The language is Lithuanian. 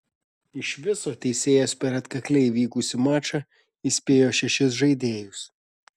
iš viso teisėjas per atkakliai vykusį mačą įspėjo šešis žaidėjus